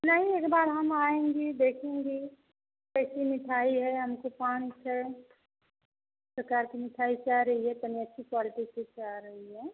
नहीं एक बार हम आएँगी देखेंगी कैसी मिठाई है हमको पाँच छः प्रकार की मिठाई चाह रही है तनि अच्छी क्वालटी की चाह रही है